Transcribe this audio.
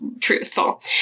truthful